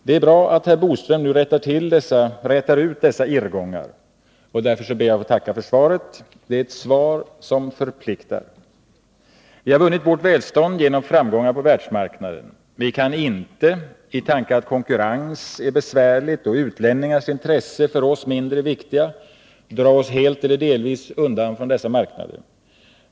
Det är bra att herr Bodström nu rätar ut dessa irrgångar. Därför tackar jag för svaret. Det är ett svar som förpliktar. Vi har vunnit vårt välstånd genom framgångar på världsmarknaden. Vi kan inte i tanke att konkurrensen är besvärlig och utlänningars intressen för oss mindre viktiga dra oss helt eller delvis undan från dessa marknader.